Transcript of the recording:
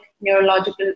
neurological